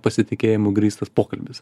pasitikėjimu grįstas pokalbis